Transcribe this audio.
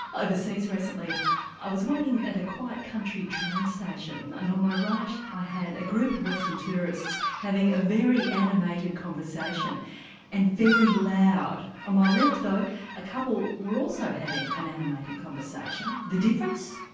overseas recently i was waiting at a quiet country train station and on my right i had a group of western tourists having a very animated conversation and very loud. on my left though a couple were also having an animated conversation. the difference?